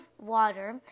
water